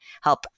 help